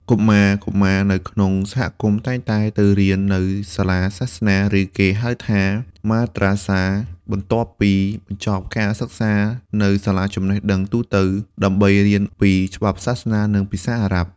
កុមារៗនៅក្នុងសហគមន៍តែងតែទៅរៀននៅសាលាសាសនា ឬ ហៅថា Madrasa បន្ទាប់ពីបញ្ចប់ការសិក្សានៅសាលាចំណេះដឹងទូទៅ ដើម្បីរៀនពីច្បាប់សាសនា និងភាសាអារ៉ាប់។